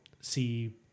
see